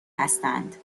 هستند